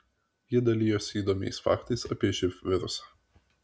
ji dalijosi įdomiais faktais apie živ virusą